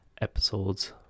episodes